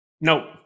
no